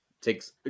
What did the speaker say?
takes